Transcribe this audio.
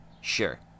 sure